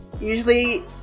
usually